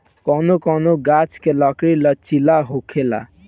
कौनो कौनो गाच्छ के लकड़ी लचीला होखेला